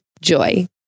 Joy